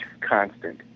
constant